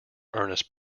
ernest